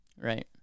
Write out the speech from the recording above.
Right